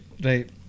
right